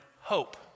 hope